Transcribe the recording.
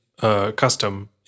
custom